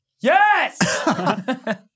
Yes